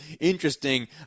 interesting